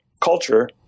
culture